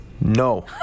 No